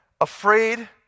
afraid